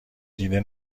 دیده